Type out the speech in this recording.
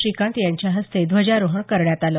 श्रीकांत यांच्या हस्ते ध्वजारोहण करण्यात आलं